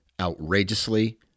outrageously